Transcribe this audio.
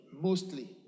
Mostly